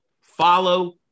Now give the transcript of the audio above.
follow